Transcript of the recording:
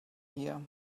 here